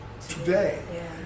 today